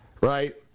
right